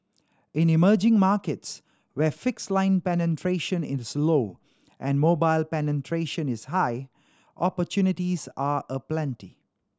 in emerging markets where fixed line penetration is low and mobile penetration is high opportunities are aplenty